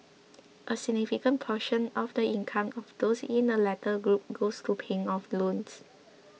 a significant portion of the income of those in the latter group goes to paying off loans